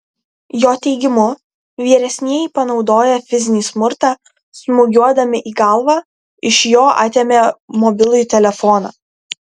jo teigimu vyresnieji panaudoję fizinį smurtą smūgiuodami į galvą iš jo atėmė mobilųjį telefoną